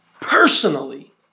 personally